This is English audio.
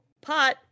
pot